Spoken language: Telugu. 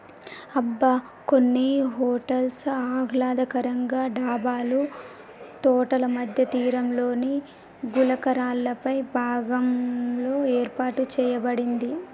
అబ్బ కొన్ని హోటల్స్ ఆహ్లాదకరంగా డాబాలు తోటల మధ్య తీరంలోని గులకరాళ్ళపై భాగంలో ఏర్పాటు సేయబడింది